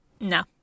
No